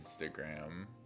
instagram